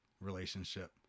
relationship